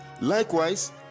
likewise